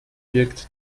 wirkt